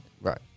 Right